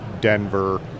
Denver